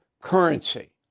currency